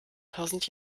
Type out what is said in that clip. tausend